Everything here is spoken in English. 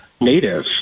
native